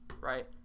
right